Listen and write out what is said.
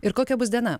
ir kokia bus diena